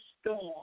storm